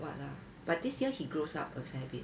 what lah but this year he grows up a fair bit